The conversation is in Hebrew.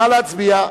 נא להצביע.